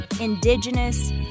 Indigenous